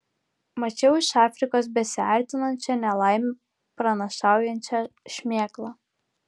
mačiau iš afrikos besiartinančią nelaimę pranašaujančią šmėklą